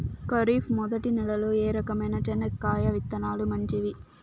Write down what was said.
ఖరీఫ్ మొదటి నెల లో ఏ రకమైన చెనక్కాయ విత్తనాలు మంచివి